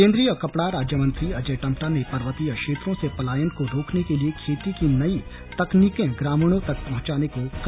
केन्द्रीय कपड़ा राज्यमंत्री अजय टम्टा ने पर्वतीय क्षेत्रों से पलायन को रोकने के लिए खेती की नई तकनीकें ग्रामीणों तक पहुंचाने को कहा